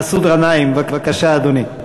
מסעוד גנאים, בבקשה, אדוני.